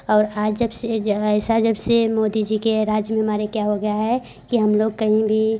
और आज जब से जो ऐसा जब से मोदी के राज्य में हमारे क्या हो गया है कि हम लोग कहीं भी